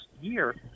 year